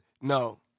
No